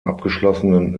abgeschlossenen